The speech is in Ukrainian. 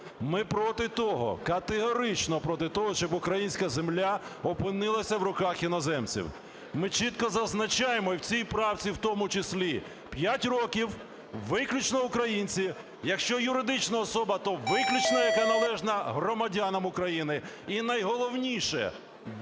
ми проти того, категорично проти того, щоб українська земля опинилася в руках іноземців. Ми чітко зазначаємо і в цій правці в тому числі: 5 років – виключно українці, якщо юридична особа, то виключно, яка належна громадянам України. І найголовніше.